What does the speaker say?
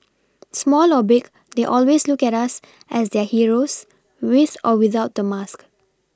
small or big they always look at us as their heroes with or without the mask